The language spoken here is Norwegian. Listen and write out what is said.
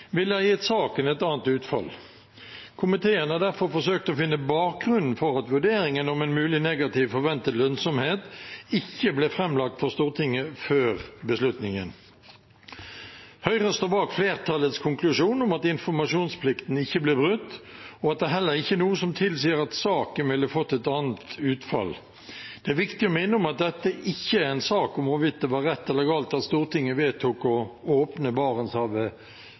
ville ha gitt saken et annet utfall. Komiteen har derfor forsøkt å finne bakgrunnen for at vurderingen om en mulig negativ forventet lønnsomhet ikke ble framlagt for Stortinget før beslutningen. Høyre står bak flertallets konklusjon om at informasjonsplikten ikke blir brutt, og at det heller ikke er noe som tilsier at saken ville fått et annet utfall. Det er viktig å minne om at dette ikke er en sak om hvorvidt det var rett eller galt at Stortinget vedtok å åpne Barentshavet